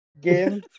game